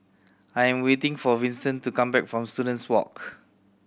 I am waiting for Vincent to come back from Students Walk